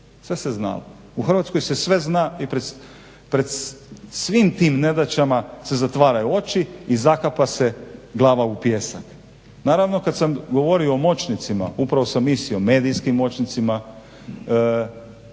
sve se znalo. U Hrvatskoj se sve zna i pred svim tim nedaćama se zatvaraju oči i zakapa se glava u pijesak. Naravno kad sam govorio o moćnicima upravo sam mislio medijskim moćnicima,